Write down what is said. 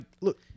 look